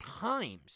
times